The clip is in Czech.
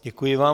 Děkuji vám.